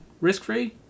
risk-free